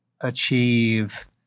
achieve